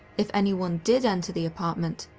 if anyone did enter the apartment,